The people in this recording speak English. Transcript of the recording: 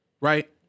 right